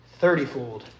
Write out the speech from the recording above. thirtyfold